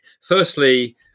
Firstly